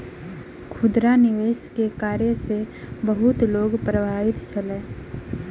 खुदरा निवेश के कार्य सॅ बहुत लोक प्रभावित छल